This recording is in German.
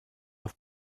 auf